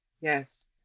yes